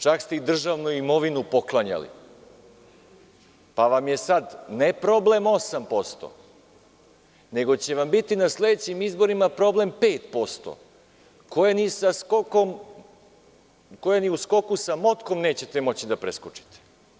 Čak ste i državnu imovinu poklanjali, pa vam je sada ne problem 8%, nego će vam biti na sledećim izborima problem 5%, koje ni u skoku sa motkom nećete moći da preskočite.